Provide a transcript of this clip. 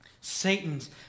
Satan's